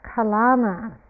Kalamas